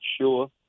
sure